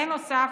בנוסף,